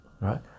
right